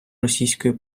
російської